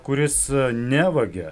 kuris nevagia